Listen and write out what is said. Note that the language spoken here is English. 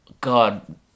God